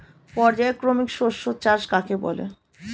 পর্যায়ক্রমিক শস্য চাষ কাকে বলে?